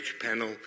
panel